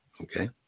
okay